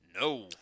No